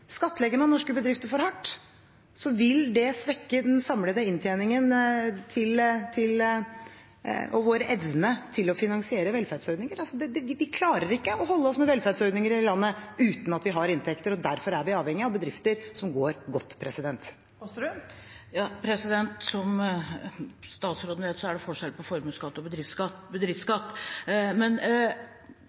Skattlegger man norske bedrifter for hardt, vil det svekke den samlede inntjeningen og vår evne til å finansiere velferdsordninger. Vi klarer ikke å holde oss med velferdsordninger i dette landet uten at vi har inntekter, og derfor er vi avhengig av bedrifter som går godt. Rigmor Aasrud – til oppfølgingsspørsmål. Som statsråden vet, er det forskjell på formuesskatt og bedriftsskatt, men